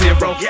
Zero